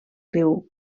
rius